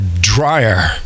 dryer